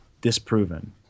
disproven